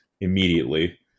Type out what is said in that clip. immediately